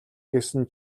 гэсэн